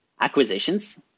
acquisitions